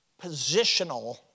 positional